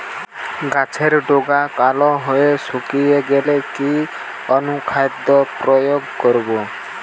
গাছের ডগা কালো হয়ে শুকিয়ে গেলে কি অনুখাদ্য প্রয়োগ করব?